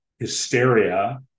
hysteria